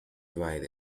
write